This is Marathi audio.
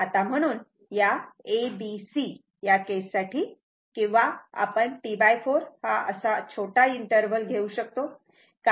आता म्हणून या a b c या केस साठी किंवा आपण T4 असा अजून छोटा इंटरव्हल घेऊ शकतो